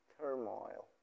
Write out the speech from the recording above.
turmoil